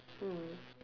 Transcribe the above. mm